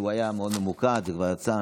שהיה מאוד ממוקד וכבר יצא.